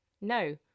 No